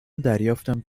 دریافتم